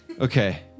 Okay